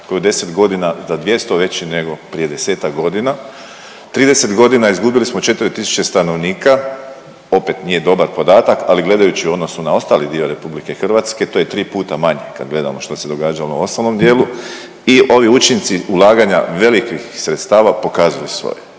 koji je u 10.g. za 200 veći nego prije 10-tak godina, u 30.g. izgubili smo 4 tisuće stanovnika, opet nije dobar podatak, ali gledajući u odnosu na ostali dio RH to je tri puta manje kad gledamo što se događalo u ostalom dijelu i ovi učinci ulaganja velikih sredstava pokazuju svoje,